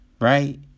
right